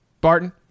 Barton